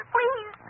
Please